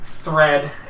Thread